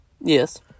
Yes